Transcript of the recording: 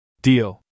Deal